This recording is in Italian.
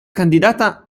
candidata